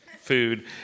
food